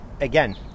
again